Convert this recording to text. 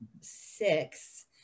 six